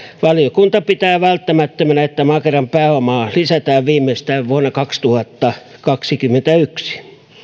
valiokunta pitää välttämättömänä että makeran pääomaa lisätään viimeistään vuonna kaksituhattakaksikymmentäyksi